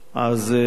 אז קודם כול,